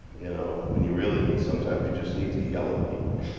you know, when you really need sometimes you just need to yell at people.